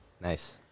Nice